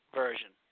version